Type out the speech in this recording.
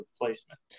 replacement